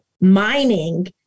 mining